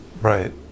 Right